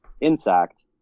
insect